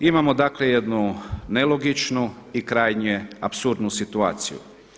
Imamo dakle jednu nelogičnu i krajnje apsurdnu situaciju.